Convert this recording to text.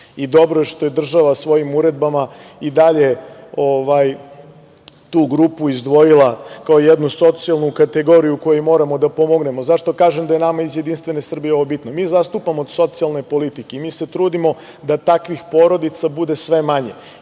i dobro je što je država svojim uredbama i dalje tu grupu izdvojila kao jednu socijalnu kategoriju kojoj moramo da pomognemo.Zašto kažem da je nama iz JS ovo bitno? Mi zastupamo socijalne politike i mi se trudimo da takvih porodica bude sve manje